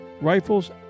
rifles